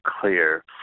clear